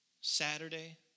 Saturday